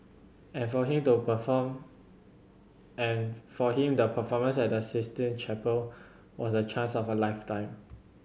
and for him the perform and for him the performance at the Sistine Chapel was the chance of a lifetime